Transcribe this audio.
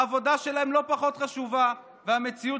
העבודה שלהם לא פחות חשובה והמציאות